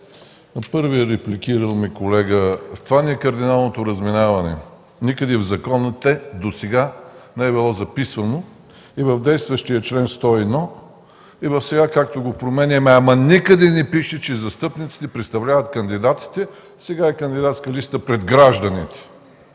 На първия репликирал ме колега, в това ни е кардиналното разминаване – никъде в законите досега не е било записвано, и в действащия чл. 101, и сега, както го променяме, ама никъде не пише, че застъпниците представляват кандидатите, сега е кандидатска листа, пред гражданите.